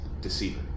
deceiver